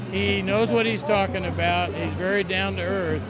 he knows what he's talking about. a very down there.